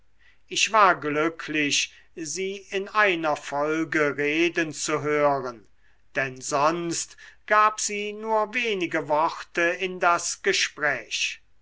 ich war glücklich sie in einer folge reden zu hören denn sonst gab sie nur wenige worte in das gespräch